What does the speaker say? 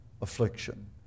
affliction